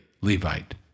Levite